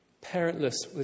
parentless